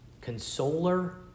consoler